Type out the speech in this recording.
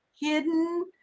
hidden